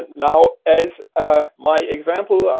now, as ah my example,